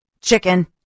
chicken